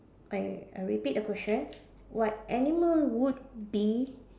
I I repeat the question what animal would be